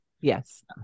Yes